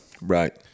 Right